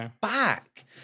back